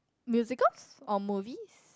musicals or movies